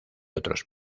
otros